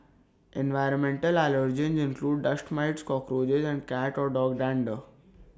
environmental allergens include dust mites cockroaches and cat or dog dander